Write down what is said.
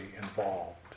involved